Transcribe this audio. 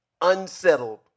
unsettled